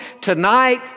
Tonight